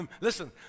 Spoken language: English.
Listen